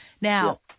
Now